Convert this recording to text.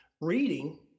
reading